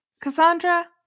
Cassandra